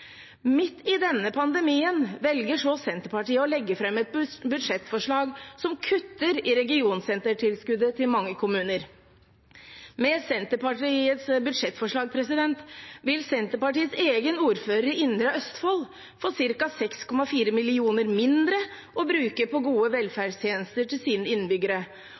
Midt i denne pandemien velger Senterpartiet å legge fram et budsjettforslag som kutter i regionsentertilskuddet til mange kommuner. Med Senterpartiets budsjettforslag vil Senterpartiets egen ordfører i Indre Østfold få ca. 6,4 mill. kr mindre å bruke på gode velferdstjenester til sine innbyggere.